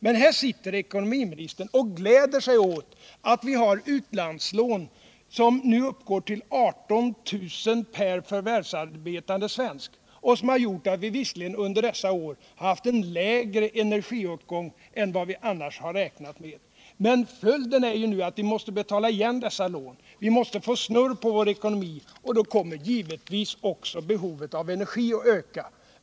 Men här sitter ekonomiministern och gläder sig åt att vi har utlandslån som nu uppgår till 18 000 kr. per förvärvsarbetande svensk, något som visserligen gjort att vi under detta år haft en lägre energiåtgång än vi annars skulle ha haft. Men följden blir att vi måste betala igen dessa lån. Vi måste få snurr på vår ekonomi, och då kommer givetvis också behovet av energi att öka.